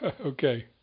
Okay